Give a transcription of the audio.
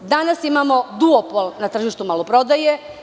Danas imamo duopol na tržištu maloprodaje.